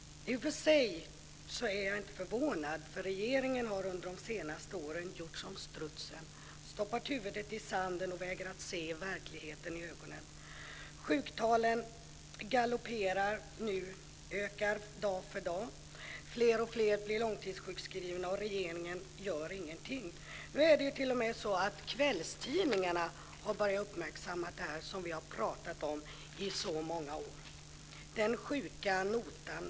I och för sig är jag inte förvånad, för regeringen har under de senaste åren gjort som strutsen: stoppat huvudet i sanden och vägrat se verkligheten i ögonen. Sjuktalen galopperar nu och ökar dag för dag. Fler och fler blir långtidssjukskrivna. Regeringen gör ingenting. Det är t.o.m. så att kvällstidningarna har börjat uppmärksamma detta, som vi har pratat om i så många år: Den sjuka notan.